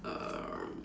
um